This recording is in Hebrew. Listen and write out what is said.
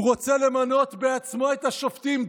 הוא רוצה למנות בעצמו את השופטים.